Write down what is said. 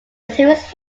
materials